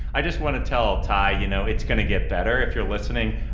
i just want to tell ty, you know, it's going to get better. if you're listening,